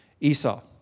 Esau